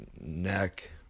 neck